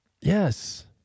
Yes